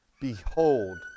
Behold